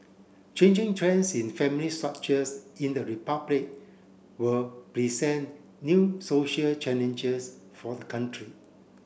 changing trends in family structures in the Republic will present new social challenges for the country